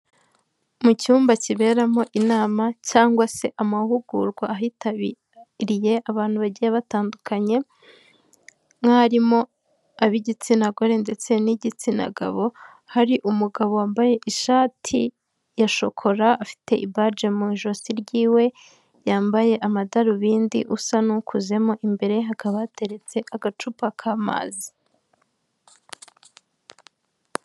Mu cyumba kiberamo inama cyangwa se amahugurwa ahitabiriye abantu bagiye batandukanye mwo harimo ab'igitsina gore ndetse n'igitsina gabo, hari umugabo wambaye ishati ya shokora afite ibajie mu ijosi ryiweyambaye amadarubindi usa n'ukuzemo imbere hakaba hateretse agacupa k'amazi.